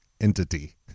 entity